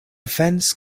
fence